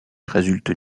résultent